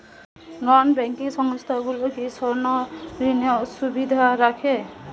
নন banking সংস্থাগুলো কি স্বর্ণঋণের সুবিধা রাখে?